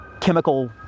chemical